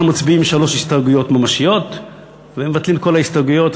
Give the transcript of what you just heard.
אנחנו מצביעים בשלוש הסתייגויות ממשיות ומבטלים את כל ההסתייגויות,